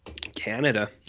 Canada